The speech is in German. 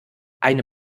eine